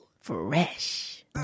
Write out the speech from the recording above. fresh